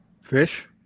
fish